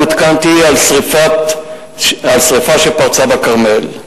עודכנתי על שרפה שפרצה בכרמל.